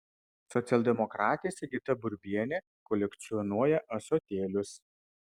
socialdemokratė sigita burbienė kolekcionuoja ąsotėlius